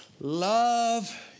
Love